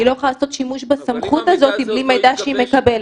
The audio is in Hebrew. היא לא יכולה לעשות שימוש בסמכות הזאת בלי מידע שהיא מקבלת.